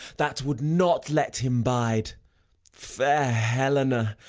that would not let him bide fair helena,